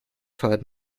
feiert